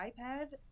iPad